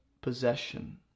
possession